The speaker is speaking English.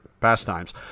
pastimes